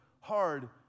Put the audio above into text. hard